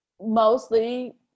mostly